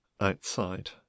outside